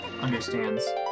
understands